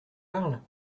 parle